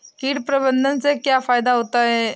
कीट प्रबंधन से क्या फायदा होता है?